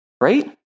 Right